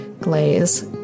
glaze